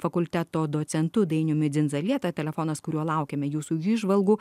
fakulteto docentu dainiumi dzindzalieta telefonas kuriuo laukiame jūsų įžvalgų